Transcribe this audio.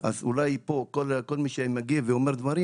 אולי כאן כל מי שמגיב ואומר דברים,